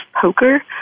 poker